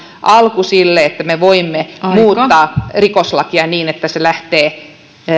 alku sille että me voimme muuttaa rikoslakia niin että se lähtee